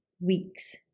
weeks